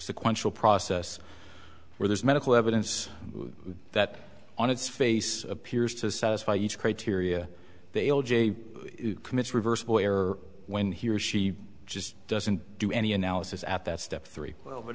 sequential process where there's medical evidence that on its face appears to satisfy each criteria they o j commits reversible error when he or she just doesn't do any analysis at that step three well but